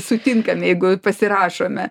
sutinkam jeigu pasirašome